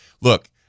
look